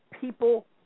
people